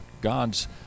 God's